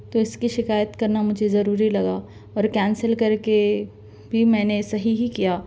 تو اِس کی شکایت کرنا مجھے ضروری لگا اور کینسل کر کے پھر میں نے صحیح ہی کیا